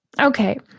Okay